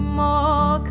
more